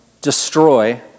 destroy